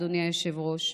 אדוני היושב-ראש,